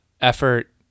effort